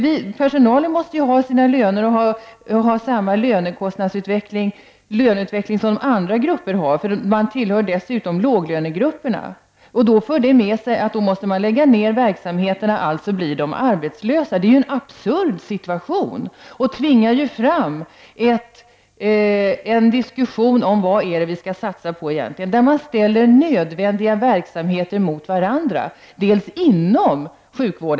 Personalen måste ju ha sina löner och ha samma löneutveckling som andra grupper. Dessutom är denna personal en av låglönegrupperna. Detta för då med sig att verksamheter måste läggas ned, och personalen blir därmed arbetslös. Det är en absurd situation. Det tvingar fram en diskussion om vad det är som vi skall satsa på. Där ställs nödvändiga verksamheter mot varandra, t.ex. inom sjukvården.